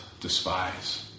despise